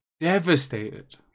Devastated